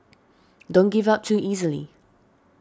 don't give up too easily